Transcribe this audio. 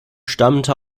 stammte